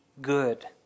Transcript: good